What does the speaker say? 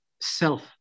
self